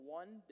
one